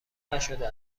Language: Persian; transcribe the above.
نشده